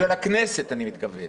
של הכנסת אני מתכוון.